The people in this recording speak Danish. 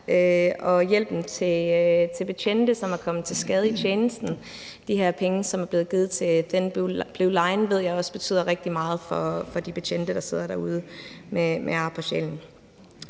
også hjælp til betjente, som er kommet til skade i tjenesten. De her penge, som er blevet givet til Thin Blue Line, ved jeg også betyder rigtig meget for de betjente, der sidder derude med ar på sjælen.